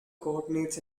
coordinates